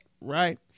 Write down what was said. right